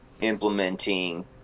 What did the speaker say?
implementing